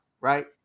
right